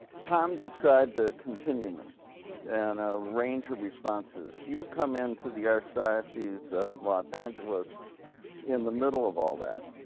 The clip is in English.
tom, describe the continuum and ah range of responses you come in to the archdiocese of los angeles in the middle of all that.